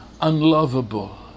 unlovable